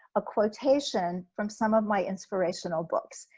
a quotation from some of my inspirational books.